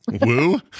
Woo